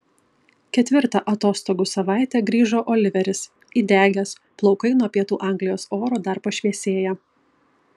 ketvirtą atostogų savaitę grįžo oliveris įdegęs plaukai nuo pietų anglijos oro dar pašviesėję